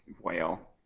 whale